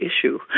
issue